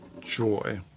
joy